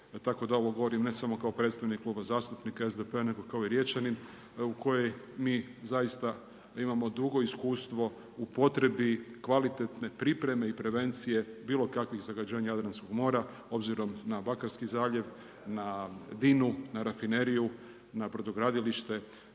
tako da ovo govorim ne samo kao predstavnik Kluba zastupnika SDP-a nego kao i Riječanin u kojoj mi zaista imamo dugo iskustvo u potrebi kvalitetne pripreme i prevencije bilo kakvih zagađenja Jadranskog mora obzirom na Bakarski zaljev, na Dinu, na rafineriju, na brodogradilište